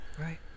Right